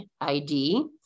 ID